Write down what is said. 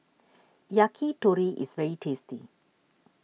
Yakitori is very tasty